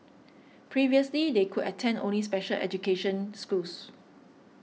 previously they could attend only special education schools